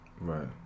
Right